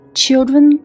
children